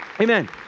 Amen